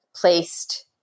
placed